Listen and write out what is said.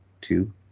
two